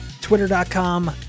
Twitter.com